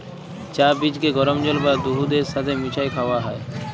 চাঁ বীজকে গরম জল বা দুহুদের ছাথে মিশাঁয় খাউয়া হ্যয়